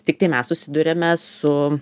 tiktai mes susiduriame su